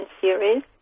series